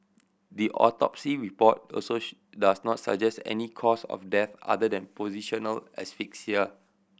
the autopsy report also does not suggest any cause of death other than positional asphyxia